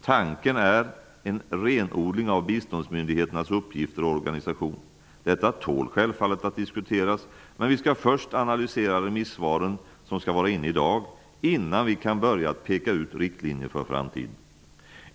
Tanken är en renodling av biståndsmyndigheternas uppgifter och organisation. Detta tål självfallet att diskuteras. Men vi skall först analysera remissvaren, som skall vara inne i dag, innan vi kan börja peka ut riktlinjer för framtiden.